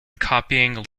copying